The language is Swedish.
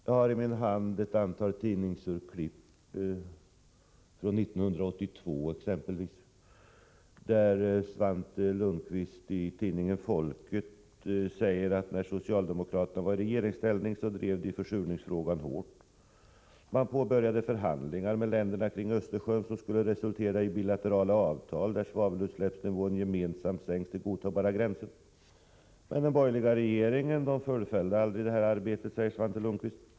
Jag har i min hand ett antal tidningsurklipp från 1982, där Svante Lundkvist i exempelvis tidningen Folket säger: ”När socialdemokraterna var i regeringsställning drev de försurningsfrågan hårt. Man påbörjade förhandlingar med länderna kring Östersjön som skulle resultera i bilaterala avtal där svavelutsläppsnivån gemensamt sänks till godtagbara gränser. — Men den borgerliga regeringen fullföljde aldrig det arbetet, säger Svante Lundkvist.